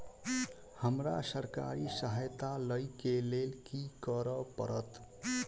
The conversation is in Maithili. हमरा सरकारी सहायता लई केँ लेल की करऽ पड़त?